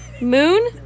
Moon